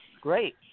Great